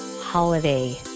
holiday